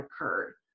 occurred